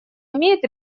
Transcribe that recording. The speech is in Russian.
имеет